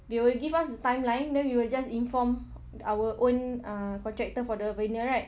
they will give us the timeline then we will just inform our own uh contractor for the vinyl right